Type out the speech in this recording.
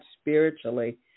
spiritually